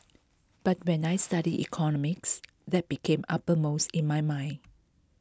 but when I studied economics that became uppermost in my mind